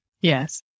Yes